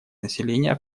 населения